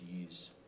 use